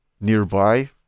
nearby